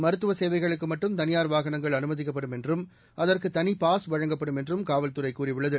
மருத்துவ சேவைகளுக்கு மட்டும் தனியார் வாகனங்கள் அனுமதிக்கப்படும் என்றும் அதற்கு தனி பாஸ் வழங்கப்படும் என்று காவல்துறை கூறியுள்ளது